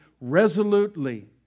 resolutely